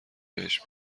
بهش